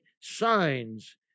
signs